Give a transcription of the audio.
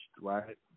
Right